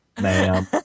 Ma'am